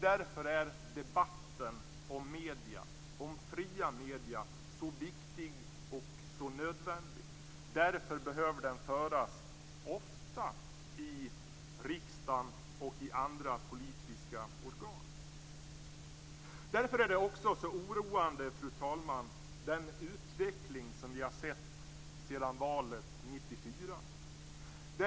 Därför är debatten om fria medier så viktig och nödvändig. Därför behöver den föras ofta i riksdagen och i andra politiska organ. Fru talman! Därför är den utveckling som vi har sett sedan valet 1994 också så oroande.